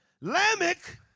Lamech